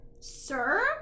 sir